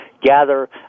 gather